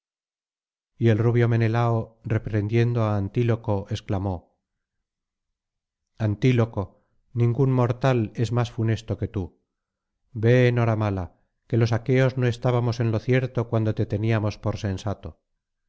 y el rubio menelao reprendiendo á antíloco exclamó antílope ningún mortal es más funesto que tú ve enhoramala que los aqueos no estábamos en lo cierto cuando te teníamos por sensato